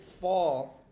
fall